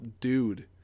dude